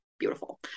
beautiful